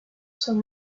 sont